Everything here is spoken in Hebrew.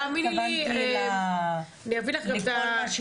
אני אביא לך את המצגת,